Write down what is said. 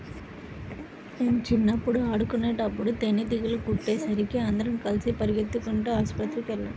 మేం చిన్నప్పుడు ఆడుకునేటప్పుడు తేనీగలు కుట్టేసరికి అందరం కలిసి పెరిగెత్తుకుంటూ ఆస్పత్రికెళ్ళాం